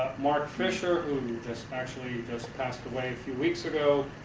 mark fisher who just actually just passed away a few weeks ago,